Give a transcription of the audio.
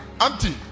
Auntie